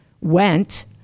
went